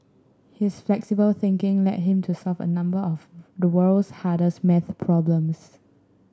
his flexible thinking led him to solve a number of the world's hardest math problems